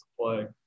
play